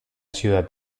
ciudad